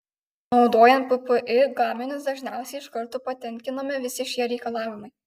naudojant ppi gaminius dažniausiai iš karto patenkinami visi šie reikalavimai